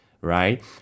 Right